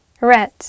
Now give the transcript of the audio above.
Red